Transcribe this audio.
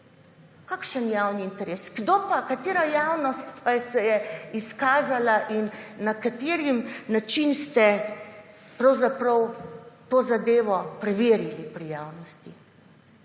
Kakšen javni interes? Katera javnost pa se je izkazala in na kakšen način ste pravzaprav to zadevo preverili pri javnosti?